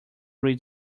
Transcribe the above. read